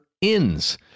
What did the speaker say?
inns